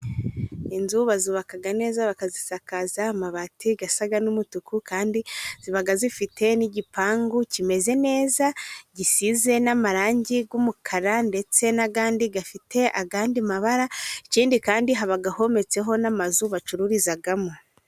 Inzu bazubaka neza bakazisakaza amabati asa n'umutuku, kandi ziba zifite n'igipangu kimeze neza, gisize n'amarangi y'umukara, ndetse n'akandi gafite andi mabara, ikindi kandi haba hometseho n'amazu bacururizamo.